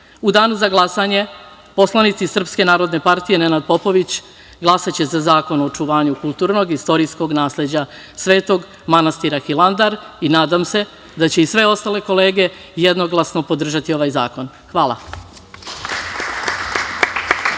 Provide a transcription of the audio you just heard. danu za glasanje poslanici Srpske narodne partije – Nenad Popović glasaće za Zakon o očuvanju kulturnog i istorijskog nasleđa Svetog manastira Hilandar i nadam se da će i sve ostale kolege jednoglasno podržati ovaj zakon. Hvala.